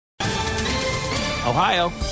Ohio